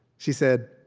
she said,